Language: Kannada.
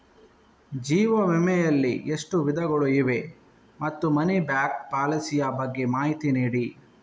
ಜೀವ ವಿಮೆ ಯಲ್ಲಿ ಎಷ್ಟು ವಿಧಗಳು ಇವೆ ಮತ್ತು ಮನಿ ಬ್ಯಾಕ್ ಪಾಲಿಸಿ ಯ ಬಗ್ಗೆ ಮಾಹಿತಿ ನೀಡಿ?